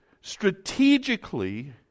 strategically